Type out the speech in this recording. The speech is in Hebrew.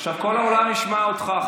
עכשיו כל העולם ישמע אותך.